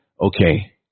Okay